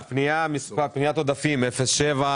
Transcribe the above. קרי: לשנת 2023,